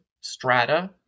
strata